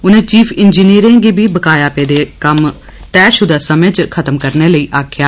उनें चिफ इंजीनियरें गी बी बकाया पेदे कम्म तैयशुदा समें च खत्म करने लेई आक्खेआ